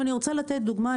אני רוצה להציג דוגמה.